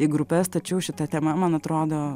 į grupes tačiau šita tema man atrodo